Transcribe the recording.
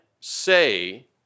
say